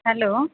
hello